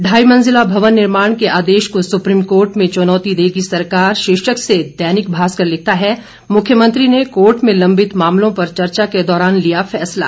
ढाई मंजिला भवन निर्माण के आदेश को सुप्रीम कोर्ट में चुनौती देगी सरकार शीर्षक से दैनिक भास्कर लिखता है मुख्यमंत्री ने कोर्ट में लंबित मामलों पर चर्चा के दौरान लिया फैसला